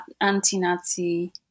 anti-Nazi